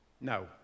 no